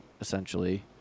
essentially